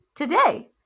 today